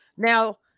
Now